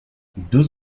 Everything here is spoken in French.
deux